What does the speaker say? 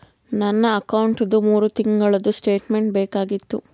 ನನ್ನ ಅಕೌಂಟ್ದು ಮೂರು ತಿಂಗಳದು ಸ್ಟೇಟ್ಮೆಂಟ್ ಬೇಕಾಗಿತ್ತು?